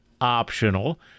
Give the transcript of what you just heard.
optional